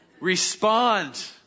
respond